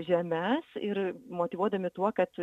žemes ir motyvuodami tuo kad